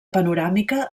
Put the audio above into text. panoràmica